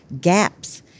gaps